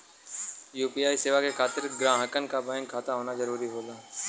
UPI सेवा के खातिर ग्राहकन क बैंक खाता होना जरुरी होला